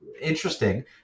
Interesting